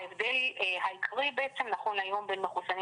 ההבדל העיקרי בעצם נכון להיום בין מחוסנים